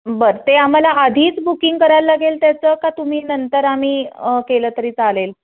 बरं ते आम्हाला आधीच बुकिंग करायला लागेल त्याचं का तुम्ही नंतर आम्ही केलं तरी चालेल